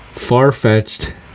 far-fetched